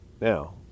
now